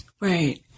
right